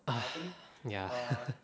ah ya